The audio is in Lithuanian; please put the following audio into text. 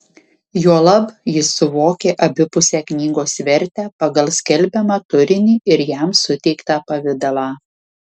juolab jis suvokė abipusę knygos vertę pagal skelbiamą turinį ir jam suteiktą pavidalą